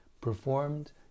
performed